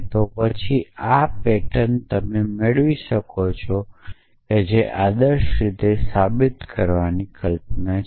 તો પછી તમે આ પેટર્ન મેળવી શકો છો જે આદર્શ રીતે સાબિત કરવાની કલ્પના છે